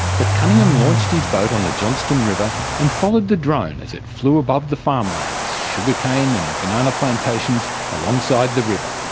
but cunningham launched his boat on the johnstone river and followed the drone as it flew above the farmlands, sugar cane and banana plantations alongside the river.